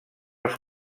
els